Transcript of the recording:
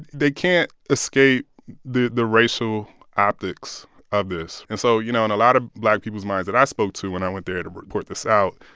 they can't escape the the racial optics of this. and so, you know, in a lot of black people's minds that i spoke to when i went there to report this out,